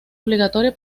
obligatoria